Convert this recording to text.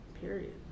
period